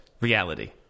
reality